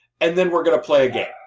and then we're going to play a game.